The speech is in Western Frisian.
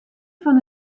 fan